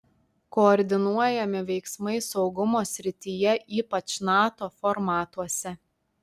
koordinuojami veiksmai saugumo srityje ypač nato formatuose